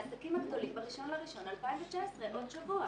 לעסקים הגדולים ב-1 בינואר 2019. עוד שבוע.